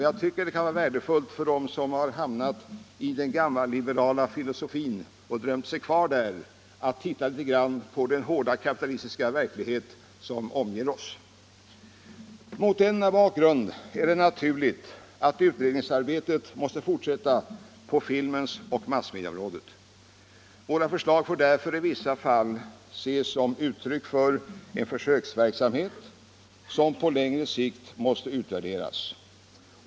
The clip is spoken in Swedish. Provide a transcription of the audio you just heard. Jag tycker det kan vara värdefullt för dem som fastnat i den gammalliberala filosofin och drömt sig kvar där att närmare studera den hårda kapitalistiska verklighet som omger oss. Mot denna bakgrund är det naturligt att utredningsarbetet måste fortsätta på filmoch massmediaområdena. Våra förslag får därför i vissa fall ses som uttryck för en försöksverksamhet som på längre sikt måste utvärderas.